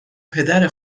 پدر